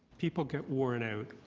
people get worn out.